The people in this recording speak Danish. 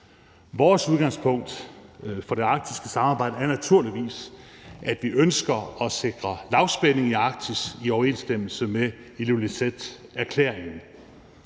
Vores udgangspunkt for det arktiske samarbejde er naturligvis, at vi ønsker at sikre lavspænding i Arktis i overensstemmelse med Ilulissaterklæringen,